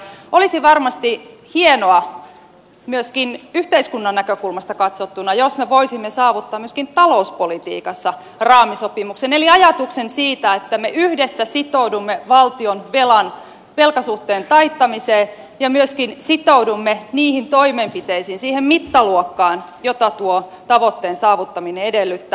olisi varmasti hienoa myöskin yhteiskunnan näkökulmasta katsottuna jos me voisimme saavuttaa myöskin talouspolitiikassa raamisopimuksen eli ajatuksen siitä että me yhdessä sitoudumme valtion velkasuhteen taittamiseen ja myöskin sitoudumme niihin toimenpiteisiin siihen mittaluokkaan jota tuo tavoitteen saavuttaminen edellyttää